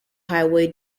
highway